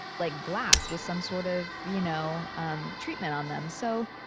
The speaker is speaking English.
like, glass with some sort of you know um treatment on them. so,